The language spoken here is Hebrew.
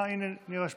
אה, הינה נירה שפק.